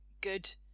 good